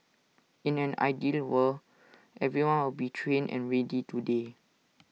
in an ideal world everyone will be trained and ready today